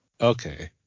Okay